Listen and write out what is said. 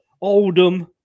Oldham